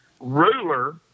ruler